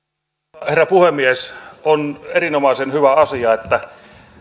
arvoisa rouva puhemies on erinomaisen hyvä asia että